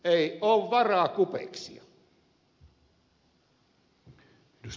ei ole varaa kupeksia